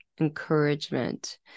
encouragement